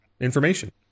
information